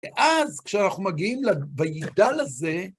ניסיון , חשבתי שאפשר להעלות הקלטות וזה מתמלל